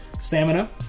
stamina